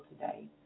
today